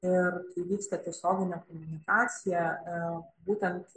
ir vyksta tiesioginė komunikacija o būtent